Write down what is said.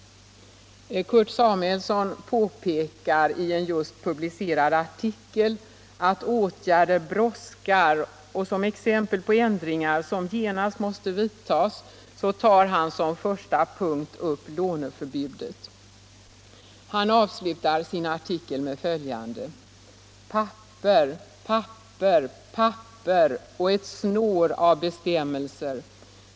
Kurt Samuelsson påpekar i en just publicerad artikel att åtgärder brådskar, och som exempel på ändringar som genast måste vidtas tar han som första punkt upp låneförbudet. Han avslutar sin artikel med följande: ”Papper, papper, papper och ett snår av bestämmelser —-—-—.